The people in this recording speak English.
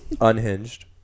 Unhinged